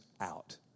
out